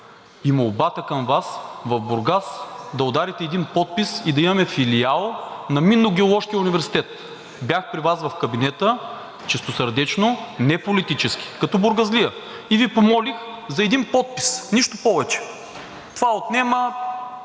и молбата към Вас в Бургас да ударите един подпис и да имаме филиал на Минно-геоложкия университет. Бях при Вас в кабинета чистосърдечно – не политически, като бургазлия, и Ви помолих за един подпис, нищо повече. Това отнема